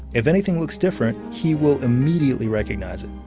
if anything looks different, he will immediately recognize it.